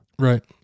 right